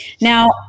Now